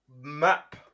map